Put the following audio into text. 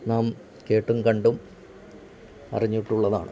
നാം കേട്ടും കണ്ടും അറിഞ്ഞിട്ടുള്ളതാണ്